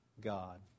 God